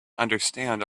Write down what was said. understand